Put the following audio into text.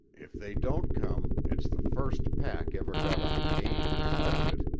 if they don't come, it's the first pack ever got on game and left it.